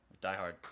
Diehard